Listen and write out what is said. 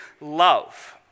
love